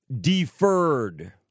deferred